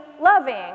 loving